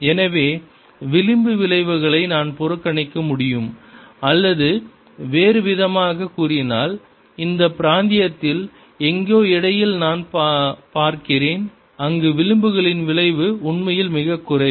எனவே விளிம்பு விளைவுகளை நான் புறக்கணிக்க முடியும் அல்லது வேறுவிதமாகக் கூறினால் இந்த பிராந்தியத்தில் எங்கோ இடையில் நான் பார்க்கிறேன் அங்கு விளிம்புகளின் விளைவு உண்மையில் மிகக் குறைவு